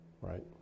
right